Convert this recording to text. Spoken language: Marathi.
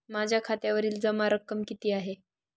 माझ्या खात्यावरील जमा रक्कम किती आहे?